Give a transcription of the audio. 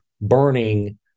burning